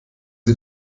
sie